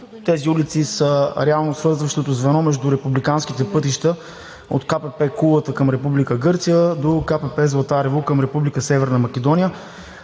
Тези улици са реално свързващото звено между републиканските пътища от ГКПП „Кулата“ към Република Гърция до ГКПП „Златарево“ към Република Северна Македония.